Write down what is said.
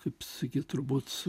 kaip sakyt turbūt